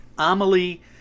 Amelie